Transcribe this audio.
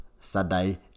Saturday